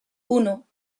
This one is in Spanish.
uno